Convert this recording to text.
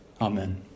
amen